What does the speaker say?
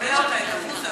מי מממן אותה, את המוזה?